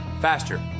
faster